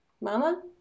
Mama